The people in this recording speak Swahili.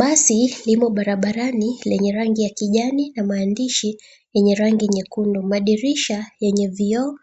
Basi limo barabarani lenye rangi ya kijani na maandishi yenye rangi nyekundu, madirisha yenye vioo,